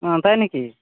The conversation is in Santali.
ᱚᱸᱻ ᱛᱟᱭᱱᱟᱠᱤ